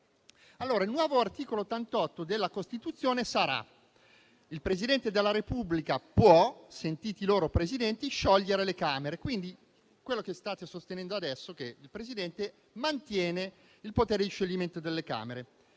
Il nuovo articolo 88 della Costituzione reciterà: «Il Presidente della Repubblica può, sentiti i loro Presidenti, sciogliere le Camere», quindi quello che state sostenendo adesso è che il Presidente mantiene il potere di scioglimento delle Camere.